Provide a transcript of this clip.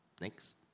Next